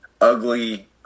ugly